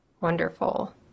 Wonderful